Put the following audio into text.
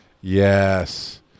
yes